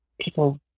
people